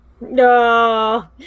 No